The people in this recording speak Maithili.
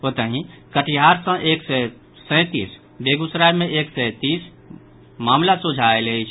ओतहि कटिहार सँ एक सय सैंतीस बेगूसराय मे एक सय तीस मामिला सोझा आयल अछि